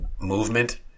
movement